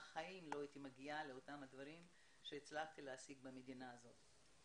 בחיים לא הייתי מגיעה לאותם הדברים אותם הצלחתי להשיג במדינה הזאת.